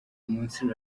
munsi